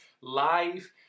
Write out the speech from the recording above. live